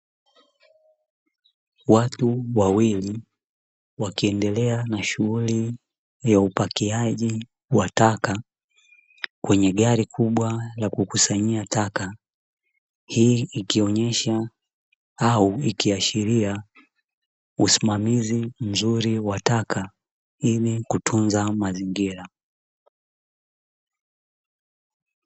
Watu wawili wakiendelea na shughuli ya upakiaji wa taka kwenye gari kubwa la kukusanyia taka. Hii ikionyesha au ikiashiria usimamizi mzuri wa taka ili kutunza mazingira.